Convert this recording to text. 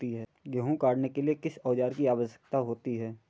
गेहूँ काटने के लिए किस औजार की आवश्यकता होती है?